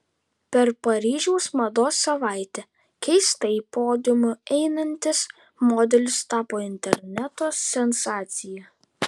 per paryžiaus mados savaitę keistai podiumu einantis modelis tapo interneto sensacija